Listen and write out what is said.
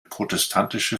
protestantische